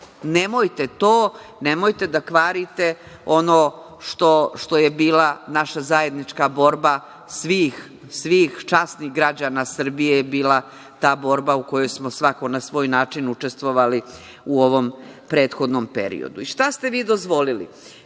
Nemojte to. Nemojte da kvarite ono što je bila naša zajednička borba, svih časnih građana Srbije je bila ta borba u kojoj smo svako na svoj način učestvovali u ovom prethodnom periodu. Šta ste vi dozvolili? Najpre,